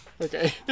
Okay